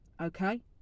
okay